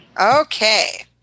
Okay